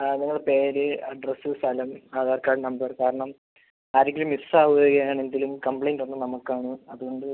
ആ നിങ്ങളുടെ പേര് അഡ്രസ്സ് സ്ഥലം ആധാർ കാർഡ് നമ്പറ് കാരണം ആരെങ്കിലും മിസ്സാവുക അങ്ങനെ എന്തേലും കംപ്ലയിൻറ്റ് വന്നാൽ നമുക്കാണ് അതുകൊണ്ട്